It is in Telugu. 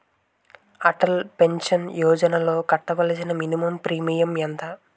అటల్ పెన్షన్ యోజనలో కట్టవలసిన మినిమం ప్రీమియం ఎంత?